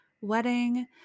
wedding